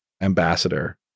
ambassador